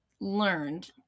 learned